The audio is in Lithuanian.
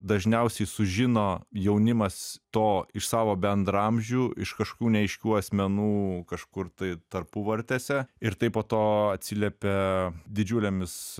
dažniausiai sužino jaunimas to iš savo bendraamžių iš kažkokių neaiškių asmenų kažkur tai tarpuvartėse ir tai po to atsiliepia didžiulėmis